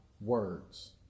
words